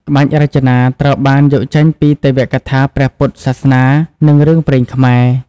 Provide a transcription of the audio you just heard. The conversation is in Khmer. ក្បាច់រចនា ត្រូវបានយកចេញពីទេវកថាព្រះពុទ្ធសាសនា និងរឿងព្រេងខ្មែរ។